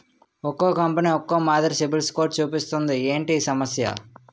ఒక్కో కంపెనీ ఒక్కో మాదిరి సిబిల్ స్కోర్ చూపిస్తుంది ఏంటి ఈ సమస్య?